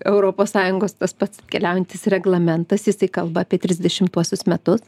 europos sąjungos tas pats keliaujantis reglamentas jisai kalba apie trisdešimtuosius metus